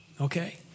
okay